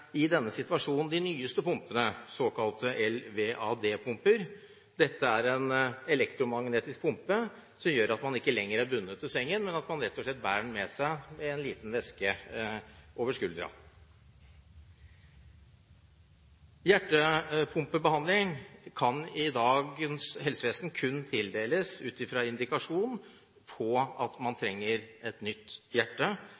i denne situasjonen de nyeste pumpene, såkalte LVAD-pumper. Dette er en elektromagnetisk pumpe som gjør at man ikke lenger er bundet til sengen, men at man rett og slett bærer pumpen med seg i en liten veske over skulderen. Hjertepumpebehandling kan helsevesenet i dag kun tildele ut fra indikasjon på at man